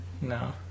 No